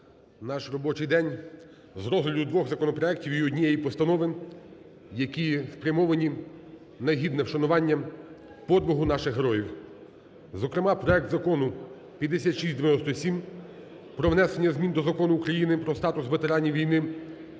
наш робочий день з розгляду двох законопроектів і однієї постанови, які спрямовані на гідне вшанування подвигу наших героїв, зокрема проект Закону 5697: про внесення змін до Закону України "Про статус ветеранів війні